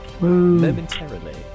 momentarily